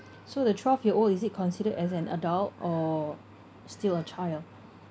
so the twelve year old is it considered as an adult or still a child